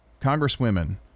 Congresswomen